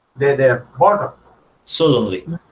the border suddenly